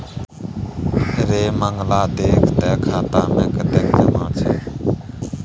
रे मंगला देख तँ खाता मे कतेक जमा छै